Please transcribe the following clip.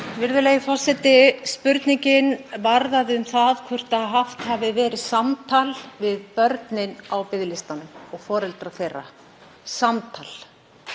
Virðulegi forseti. Spurningin varðaði það hvort haft hafi verið samtal við börnin á biðlistunum og foreldra þeirra. Enn